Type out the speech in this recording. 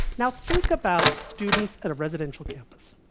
now think about students at a residential campus.